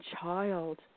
child